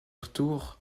retour